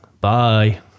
bye